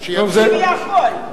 כביכול,